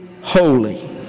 holy